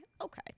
Okay